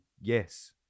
yes